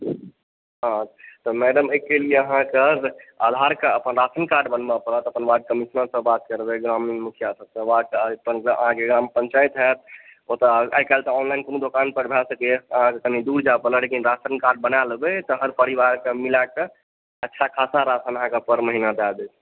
madam एक दिन अहाँके आधार कार्ड अपन राशन कार्ड बनबै परत अपन वार्ड कमीशनरसॅं बात करबै ग्रामीण मुखियासभसे अहाँके ग्राम पंचायत हैत ओतऽ आइ काल्हि तऽ ऑनलाइन कोनो दोकान पर भए सकैया अहाँकेॅं कनि दूर जाय परत लेकिन राशन कार्ड बना लेबै तखन परिवारकेॅं मिलाके अच्छा खासा राशन अहाँकेॅं पर महीना दय दैत